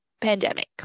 pandemic